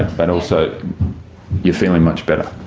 but also you're feeling much better,